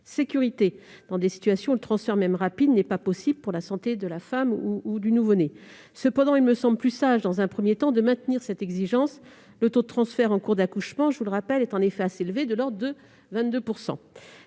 notamment dans des situations où le transfert, même rapide, n'est pas possible pour la santé de la femme ou du nouveau-né. Cependant, il me semble plus sage, dans un premier temps, de maintenir cette exigence. Je rappelle que le taux de transfert en cours d'accouchement est assez élevé, de l'ordre de 22 %.